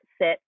sit